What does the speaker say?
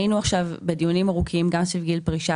היינו עכשיו בדיונים ארוכים גם סביב גיל פרישה